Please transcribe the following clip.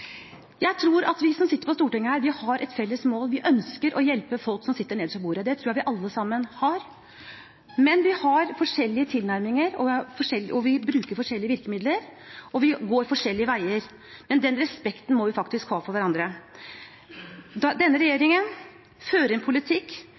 Jeg tror at vi som sitter på Stortinget, har et felles mål. Vi ønsker å hjelpe folk som sitter nederst ved bordet. Det målet tror jeg vi alle sammen har. Men vi har forskjellige tilnærminger. Vi bruker forskjellige virkemidler, og vi går forskjellige veier. Den respekten må vi faktisk ha for hverandre. Denne regjeringen fører en politikk